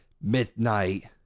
midnight